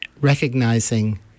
recognizing